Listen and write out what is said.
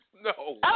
No